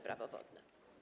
Prawo wodne.